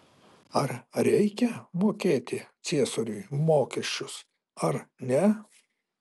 ar reikia mokėti ciesoriui mokesčius ar ne